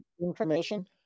information